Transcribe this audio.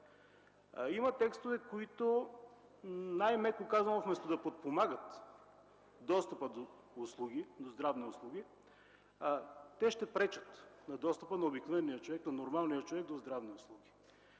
Има текстове, които най-меко казано вместо да подпомагат достъпа до здравни услуги, ще пречат на достъпа на обикновения човек, на нормалния човек до здравни услуги.